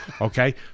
okay